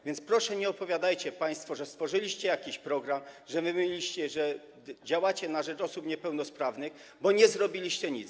A więc proszę, nie opowiadajcie państwo, że stworzyliście jakiś program, że działacie na rzecz osób niepełnosprawnych, bo nie zrobiliście nic.